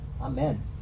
Amen